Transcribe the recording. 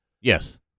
Yes